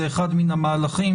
זה אחד מן המהלכים,